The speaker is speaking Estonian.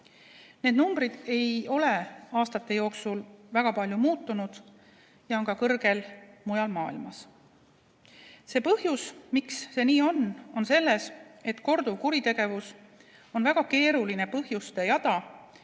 Need numbrid ei ole aastate jooksul väga palju muutunud ja on suured ka mujal maailmas. Põhjus, miks see nii on, on selles, et korduvkuritegevusel on väga keeruline põhjuste jada,